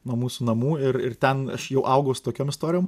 nuo mūsų namų ir ir ten aš jau augau su tokiom istorijom